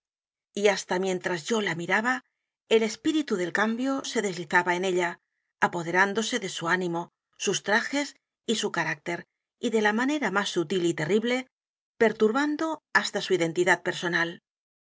y hasta mientras yo la miraba el espíritu del cambio se deslizaba en ella apoderándose de su ánimo sus trajes y su carácter y de la manera m á s sutil y terrible perturbando hasta edgar poe novelas y cuentos su identidad personal